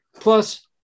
Plus